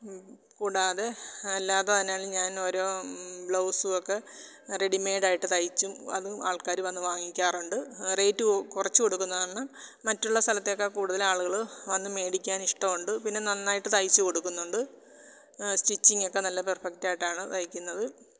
കൂടാതെ അല്ലാതെ തന്നെ ഞാൻ ഓരോ ബ്ലൗസും ഒക്കെ റെഡിമെയ്ഡായിട്ട് തയ്ച്ചും അതും ആൾക്കാർ വന്ന് വാങ്ങിക്കാറൂണ്ട് റേറ്റ് കുറച്ച് കൊടുക്കുന്നത് കാരണം മറ്റുള്ള സ്ഥലത്തേക്കാൾ കൂടുതൽ ആളുകൾ വന്ന് മേടിക്കാൻ ഇഷ്ടമുണ്ട് പിന്നെ നന്നായിട്ട് തയ്ച്ചു കൊടുക്കുന്നുണ്ട് സ്റ്റിച്ചിങ് ഒക്കെ നല്ല പെർഫെക്റ്റ് ആയിട്ടാണ് തയ്ക്കുന്നത്